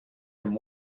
and